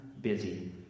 busy